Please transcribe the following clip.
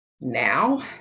Now